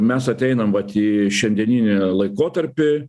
mes ateinam vat į šiandieninį laikotarpį